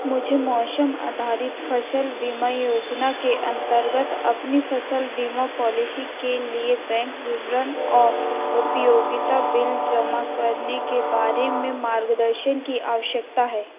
मुझे मौसम आधारित फ़सल बीमा योजना के अंतर्गत अपनी फ़सल बीमा पॉलिशी के लिए बैंक विवरण और उपयोगिता बिल जमा करने के बारे में मार्गदर्शन की आवश्यकता है